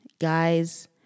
guys